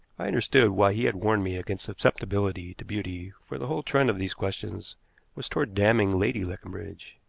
i understood why he had warned me against susceptibility to beauty, for the whole trend of these questions was toward damning lady leconbridge.